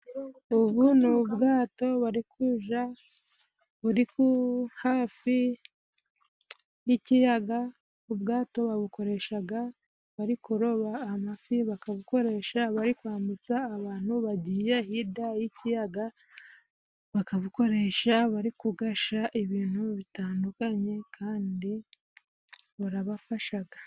Ubu ni ubwato bari kuja, buri hafi y'ikiyaga. Ubwato babukoreshaga bari kuroba amafi, bakabukoresha bari kwambutsa abantu bagiye hirya y'ikiyaga, bakabukoresha bari kugasha ibintu bitandukanye kandi burabafashaga.